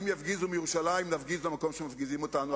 אם יפגיזו מירושלים נפגיז מהמקום שמפגיזים אותנו.